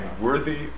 worthy